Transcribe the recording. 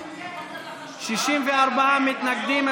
64 מתנגדים.